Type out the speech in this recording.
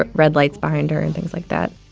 but red lights behind her and things like that.